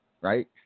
right